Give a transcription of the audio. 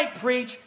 preach